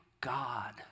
God